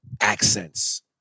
accents